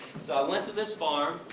so i went to this farm,